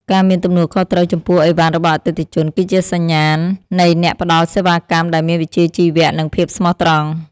ការមានទំនួលខុសត្រូវចំពោះឥវ៉ាន់របស់អតិថិជនគឺជាសញ្ញាណនៃអ្នកផ្តល់សេវាកម្មដែលមានវិជ្ជាជីវៈ និងភាពស្មោះត្រង់។